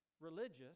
religious